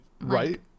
Right